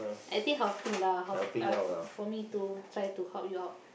I think helping lah help uh for me to try to help you out